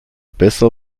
besser